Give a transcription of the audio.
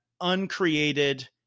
uncreated